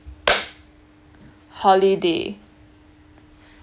holiday